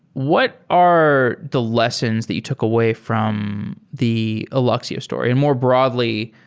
what are the lessons that you took away from the alluxio story? and more broadly,